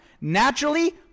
naturally